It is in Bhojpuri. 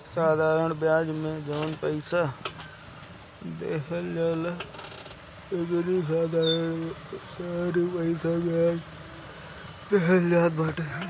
साधरण बियाज में जवन पईसा बैंक से उधार लेहल जात हवे उ सगरी पईसा के बियाज दर एकही लागत बाटे